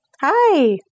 Hi